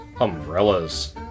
umbrellas